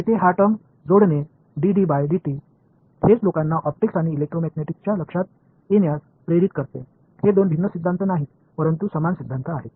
येथे हा टर्म जोडणे डी डी बाय डीटी हेच लोकांना ऑप्टिक्स आणि इलेक्ट्रोमॅग्नेटिक्सच्या लक्षात येण्यास प्रेरित करते हे दोन भिन्न सिद्धांत नाहीत परंतु समान सिद्धांत आहेत